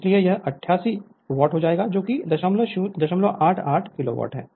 इसलिए यह 88 वाट हो जाएगा जो कि 088 किलोवाट है